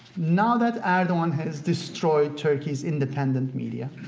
now that erdogan has destroyed turkey's independent media,